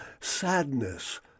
sadness